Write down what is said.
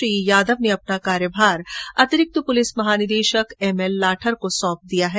श्री यादव ने अपना कार्यभार अतिरिक्त पुलिस महानिदेशक एम एल लाठर को सौंप दिया है